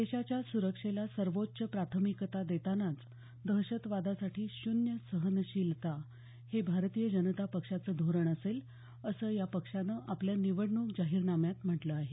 देशाच्या सुरक्षेला सर्वोच्च प्राथमिकता देतानाच दहशतवादासाठी शून्य सहनशीलता हे भाजपचं धोरण असेल असं भाजपनं आपल्या निवडणूक जाहिरनाम्यात म्हटलं आहे